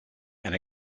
and